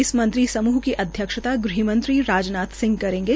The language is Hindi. इस मंत्री समूह की अध्यक्षता ग़हमंत्री राज नाथ सिंह करेंगे